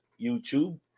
YouTube